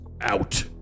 out